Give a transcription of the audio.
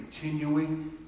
continuing